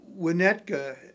Winnetka